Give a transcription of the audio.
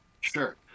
sure